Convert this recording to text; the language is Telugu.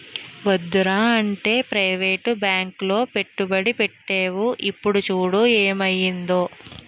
వద్దురా అంటే ప్రవేటు బాంకులో పెట్టుబడి పెట్టేవు ఇప్పుడు చూడు ఏమయిందో